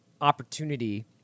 opportunity